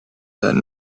that